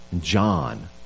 John